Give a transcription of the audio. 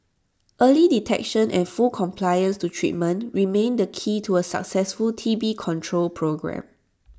early detection and full compliance to treatment remain the key to A successful T B control programme